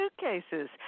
suitcases